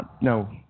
no